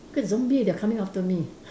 because zombie they're coming after me